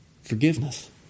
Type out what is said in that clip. Forgiveness